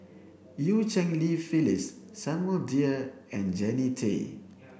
Eu Cheng Li Phyllis Samuel Dyer and Jannie Tay